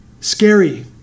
scary